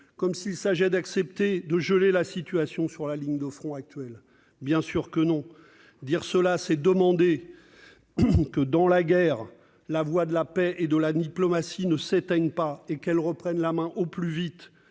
comme s'il s'agissait d'accepter de geler la situation sur la ligne de front actuelle ? Bien sûr que non. Dire cela, c'est demander que, dans la guerre, la voie de la paix et de la diplomatie ne s'éteigne pas et qu'elle reprenne la main au plus vite,